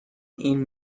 این